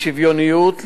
בשוויוניות,